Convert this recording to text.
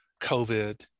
COVID